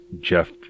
Jeff